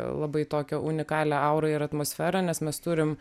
labai tokią unikalią aurą ir atmosferą nes mes turim